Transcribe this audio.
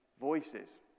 voices